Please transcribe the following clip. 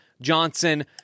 Johnson